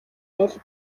аль